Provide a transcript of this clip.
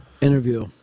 interview